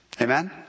Amen